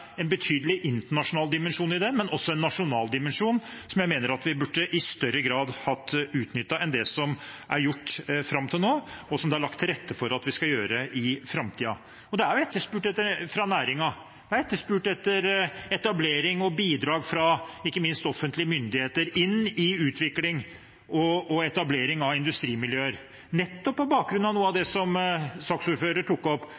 en betydelig internasjonal dimensjon i det, men også en nasjonal dimensjon, som jeg mener vi i større grad burde utnyttet enn det som er gjort fram til nå, og som det er lagt til rette for at vi skal gjøre i framtiden. Det er etterspurt av næringen. Man har etterspurt etablering og bidrag – ikke minst fra offentlige myndigheter til utvikling og etablering av industrimiljøer, nettopp på bakgrunn av noe av det som saksordføreren tok opp